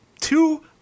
two